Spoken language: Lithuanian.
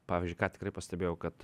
pavyzdžiui ką tikrai pastebėjau kad